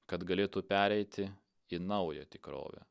kad galėtų pereiti į naują tikrovę